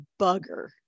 bugger